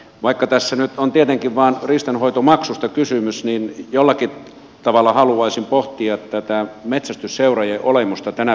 vaikka tässä nyt on tietenkin vain riistanhoitomaksusta kysymys niin jollakin tavalla haluaisin pohtia tätä metsästysseurojen olemusta tänä päivänä